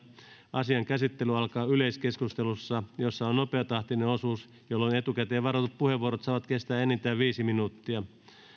asian käsittely alkaa yleiskeskustelulla jossa jossa on nopeatahtinen osuus jolloin etukäteen varatut puheenvuorot saavat kestää enintään viisi minuuttia